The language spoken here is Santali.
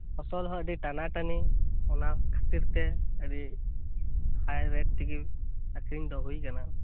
ᱯᱷᱚᱥᱚᱞ ᱦᱚᱸ ᱟᱹᱰᱤ ᱴᱟᱱᱟ ᱴᱟᱱᱤ ᱚᱱᱟ ᱠᱷᱟᱹᱛᱤᱨ ᱛᱮ ᱟᱹᱰᱤ ᱦᱟᱭ ᱨᱮᱴ ᱛᱮᱜᱮ ᱟᱠᱷᱨᱤᱧ ᱫᱚ ᱦᱩᱭ ᱠᱟᱱᱟ